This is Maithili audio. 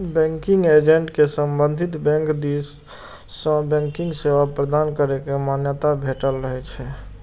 बैंकिंग एजेंट कें संबंधित बैंक दिस सं बैंकिंग सेवा प्रदान करै के मान्यता भेटल रहै छै